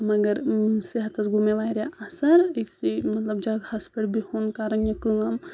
مَگر صحتس گوٚو مےٚ واریاہ اَثر ٲکسٕے مطلب جَگہس پؠٹھ بہُن کَرٕنۍ یہِ کٲم